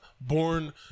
born